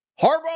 Harbaugh